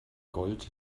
gold